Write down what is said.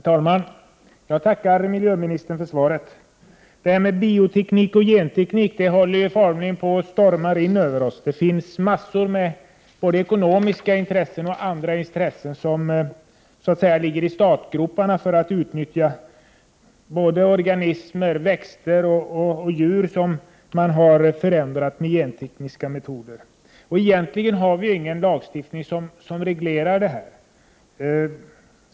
Herr talman! Jag tackar miljöministern för svaret. Det här med bioteknik och genteknik formligen stormar in över oss. Det finns mängder med både ekonomiska och andra intressen som ligger i startgroparna för att utnyttja organismer, växter och djur som man med gentekniska metoder har förändrat. Egentligen har vi inte någon lagstiftning som reglerar detta.